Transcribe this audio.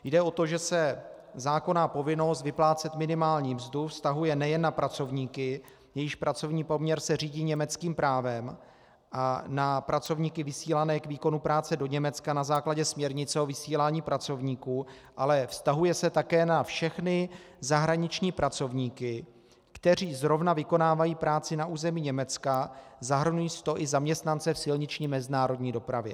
Jde o to, že se zákonná povinnost vyplácet minimální mzdu vztahuje nejen na pracovníky, jejichž pracovní poměr se řídí německým právem, a na pracovníky vysílané k výkonu práce do Německa na základě směrnice o vysílání pracovníků, ale vztahuje se také na všechny zahraniční pracovníky, kteří zrovna vykonávají práci na území Německa, zahrnuje v to i zaměstnance v silniční mezinárodní dopravě.